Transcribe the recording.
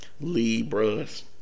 Libras